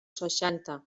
seixanta